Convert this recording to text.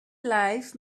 life